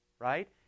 right